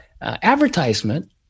advertisement